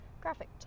graphic